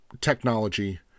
technology